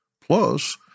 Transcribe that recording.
Plus